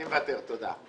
אני מוותר, תודה.